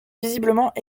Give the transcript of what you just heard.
visiblement